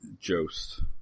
Jost